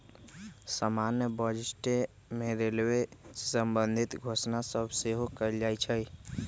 समान्य बजटे में रेलवे से संबंधित घोषणा सभ सेहो कएल जाइ छइ